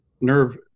nerve